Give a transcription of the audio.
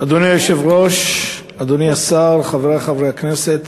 אדוני היושב-ראש, אדוני השר, חברי חברי הכנסת,